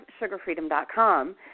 sugarfreedom.com